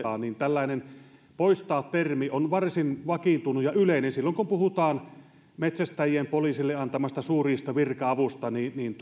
tällainen poistaa termi on varsin vakiintunut ja yleinen silloin kun puhutaan metsästäjien poliisille antamasta suurriistavirka avusta